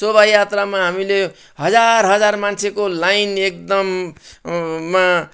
शोभायात्रामा हामीले हजार हजार मान्छेको लाइन एकदममा